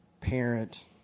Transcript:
parent